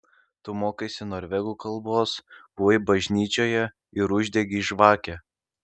tu mokaisi norvegų kalbos buvai bažnyčioje ir uždegei žvakę